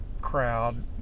crowd